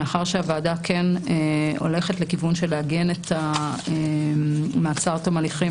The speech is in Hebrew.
מאחר שהוועדה כן הולכת לכיוון של לעגן את מעצר תום הליכים,